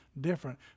different